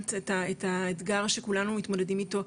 וציינת את האתגר שכולנו מתמודדים אתו,